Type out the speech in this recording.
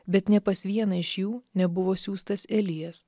bet nė pas vieną iš jų nebuvo siųstas elijas